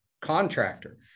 contractor